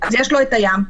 יש לו את הים,